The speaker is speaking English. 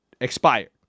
expired